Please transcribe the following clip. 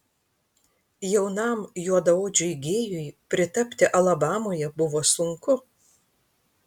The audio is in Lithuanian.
jaunam juodaodžiui gėjui pritapti alabamoje buvo sunku